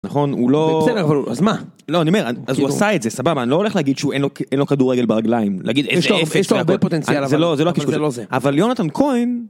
נכון, הוא לא... -בסדר, אז מה. -לא, אני אומר, אז הוא עשה את זה, סבבה, אני לא הולך להגיד שהוא, אין לו כאילו כדורגל ברגליים -להגיד... -יש לו הרבה פוטנציאל, אבל זה לא הקשקוש... -זה לא זה. -אבל יונתן כהן